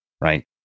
right